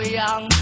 young